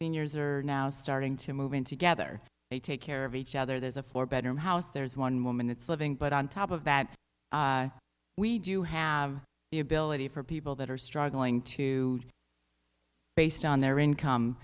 years are now starting to move in together they take care of each other there's a four bedroom house there's one woman that's living but on top of that we do have the ability for people that are struggling to based on their income